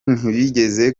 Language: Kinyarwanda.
ntibigeze